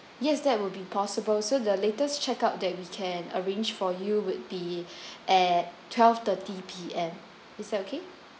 yes that would be possible so the latest check out that we can arrange for you would be at twelve-thirty P_M is that okay